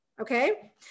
okay